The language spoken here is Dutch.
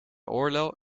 oorlel